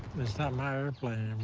it's not my airplane